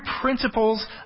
principles